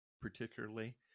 Particularly